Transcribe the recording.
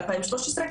מ-2013,